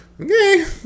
okay